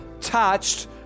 touched